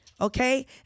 Okay